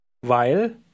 weil